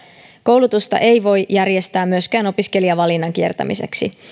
koulutusta ei voi järjestää myöskään opiskelijavalinnan kiertämiseksi